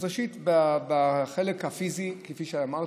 ראשית, בחלק הפיזי, כפי שאמרתי,